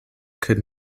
could